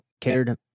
cared